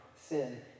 sin